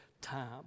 time